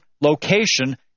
location